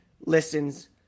listens